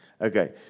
Okay